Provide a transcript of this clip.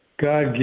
God